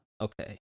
Okay